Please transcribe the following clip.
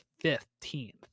fifteenth